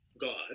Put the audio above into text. God